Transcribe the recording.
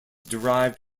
derived